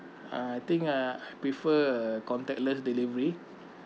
uh I think I prefer a contactless delivery